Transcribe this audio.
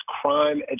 crime